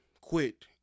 quit